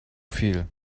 viel